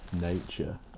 nature